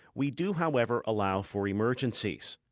we do, however, allow for emergencies.